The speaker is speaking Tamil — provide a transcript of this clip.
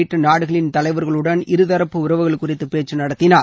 உள்ளிட்ட நாடுகளின்ள தலைவர்களுடன் இருதரப்பு உறவுகள் குறித்து பேச்சு நடத்தினார்